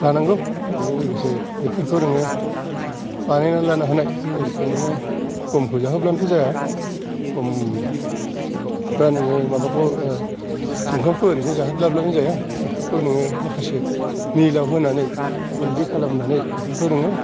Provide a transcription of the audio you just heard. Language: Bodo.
लानांगौ बिजों लोगोसे बिफोरखौ नोङो बानायनानै लानो हानाय जेर'खम नोङो गमखौ जाहोब्लानो थ' जाया गम बा नोङो जुखामखौ ओरैनो जाहोब्लाबो जाया बेफोरखौ नोङो माखासे मिलाव होनानै गुन्दै खालामनानै बेफोरखौ नोङो